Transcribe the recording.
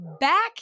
back